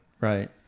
Right